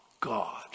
God